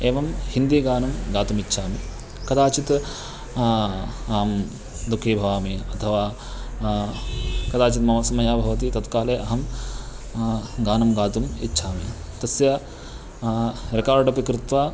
एवं हिन्दीगानं गातुम् इच्छामि कदाचित् अहं दुःखी भवामि अथवा कदाचित् मम समयः भवति तत्काले अहं गानं गातुम् इच्छामि तस्य रेकार्ड् अपि कृत्वा